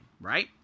right